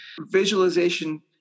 Visualization